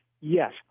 Yes